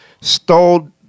stole